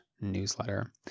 newsletter